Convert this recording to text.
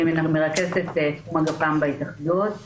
אני מרכזת את תחום הגפ"מ בהתאחדות.